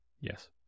yes